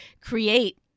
create